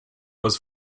was